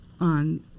on